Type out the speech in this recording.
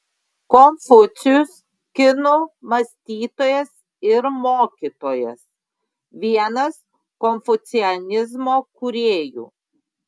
konfucijus kinų mąstytojas ir mokytojas vienas konfucianizmo kūrėjų